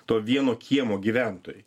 to vieno kiemo gyventojai